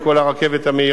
כל הרכבת המהירה,